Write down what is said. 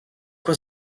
quoi